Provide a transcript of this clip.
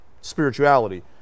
spirituality